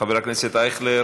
חבר הכנסת אייכלר,